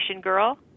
girl